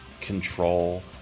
control